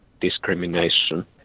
discrimination